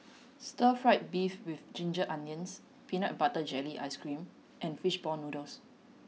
stir fried beef with ginger onions peanut butter jelly ice cream and fish ball noodles